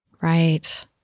Right